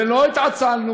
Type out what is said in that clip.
ולא התעצלנו,